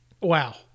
Wow